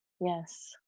yes